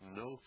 no